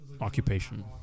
Occupation